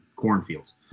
cornfields